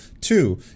Two